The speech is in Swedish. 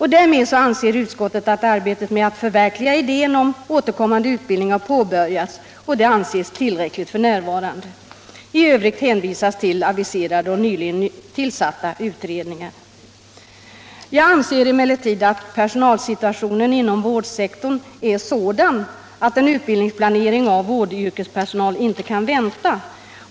Därmed anser utskottet att arbetet med att förverkliga idén om återkommande utbildning har påbörjats. Och det anses tillräckligt f. n. I övrigt hänvisas till aviserade och nyligen tillsatta utredningar. Jag anser emellertid att personalsituationen inom vårdsektorn är sådan att en utbildningsplanering för vårdyrkespersonal inte kan vänta.